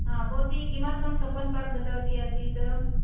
भवती किमर्थं कब्बन्पार्क् गतवती आसीत्